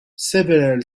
several